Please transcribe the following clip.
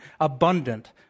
abundant